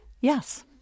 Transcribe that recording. Yes